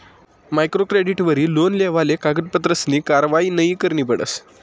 micro क्रेडिटवरी loan लेवाले कागदपत्रसनी कारवायी नयी करणी पडस